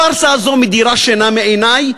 הפארסה הזאת מדירה שינה מעיני.